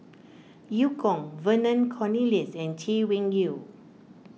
Eu Kong Vernon Cornelius and Chay Weng Yew